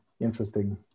interesting